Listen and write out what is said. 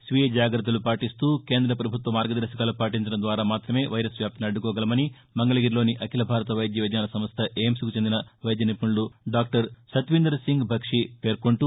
స్వీయ జాగ్రత్తలు పాటీస్తూ కేంద్ర పభుత్వ మార్గదర్భకాలు పాటించడం ద్వారా మాత్రమే వైరస్ వ్యాప్తిని అద్దుకోగలమని మంగళగిరిలోని అఖిల భారత వైద్య విజ్ఞాన సంస్ద ఎయిమ్స్కు చెందిన వైద్య నిపుణులు డాక్టర్ సత్ విందర్ సింగ్ బక్షి పేర్కొంటూ